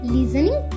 Listening